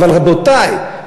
אבל, רבותי,